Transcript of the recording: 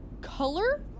Color